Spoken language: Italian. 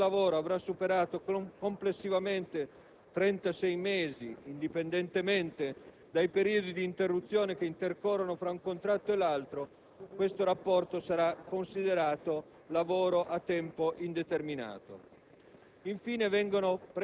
se il rapporto di lavoro avrà superato complessivamente i trentasei mesi, indipendentemente dai periodi di interruzione che intercorrono tra un contratto e l'altro, tale rapporto sarà considerato lavoro a tempo indeterminato.